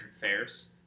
Fairs